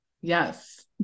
yes